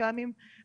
שישה ימים בשבוע,